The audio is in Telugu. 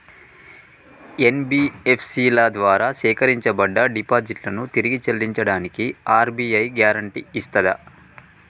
ఎన్.బి.ఎఫ్.సి ల ద్వారా సేకరించబడ్డ డిపాజిట్లను తిరిగి చెల్లించడానికి ఆర్.బి.ఐ గ్యారెంటీ ఇస్తదా?